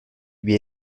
lui